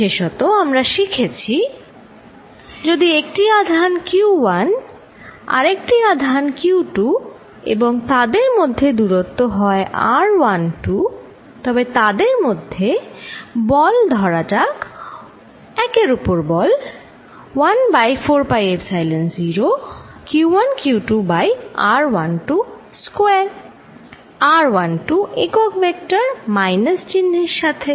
বিশেষত আমরা শিখেছি যদি একটি আধান q1 আরেকটি আধান q2 এবং তাদের মধ্যে দূরত্ব হয় r12 তবে তাদের মধ্যে কার বল ধরা যাক 1 এর উপর বল 1 by 4 pi epsilon 0 q1q2 by r12 square r12 একক ভেক্টর মাইনাস চিহ্নের সাথে